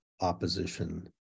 opposition